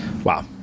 Wow